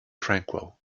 tranquil